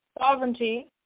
Sovereignty